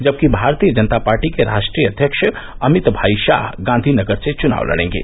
जबकि भारतीय जनता पार्टी के राष्ट्रीय अध्यक्ष अमित भाई शाह गांधी नगर से चुनाव लड़ेंगे